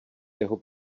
jeho